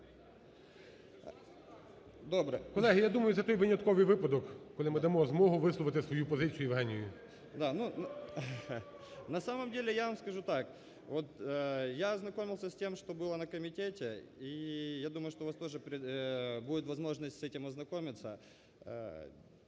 Колеги, я думаю, це той винятковий випадок, коли ми дамо змогу висловити свою позицію Євгенію.